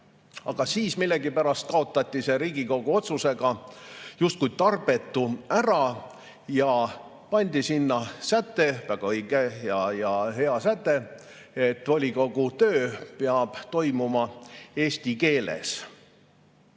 aga millegipärast kaotati Riigikogu otsusega, justkui tarbetu, ära ja pandi sinna säte – väga õige ja hea säte –, et volikogu töö peab toimuma eesti keeles.